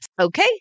Okay